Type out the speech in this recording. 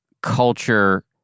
culture